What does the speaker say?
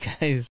guys